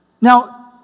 Now